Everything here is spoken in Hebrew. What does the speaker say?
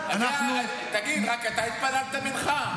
תגיד, רק אתה התפללת מנחה?